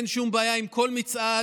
אין שום בעיה עם כל מצעד,